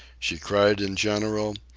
she cried in general,